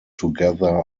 together